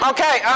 Okay